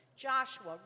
Joshua